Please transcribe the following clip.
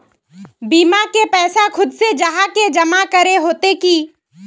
बीमा के पैसा खुद से जाहा के जमा करे होते की?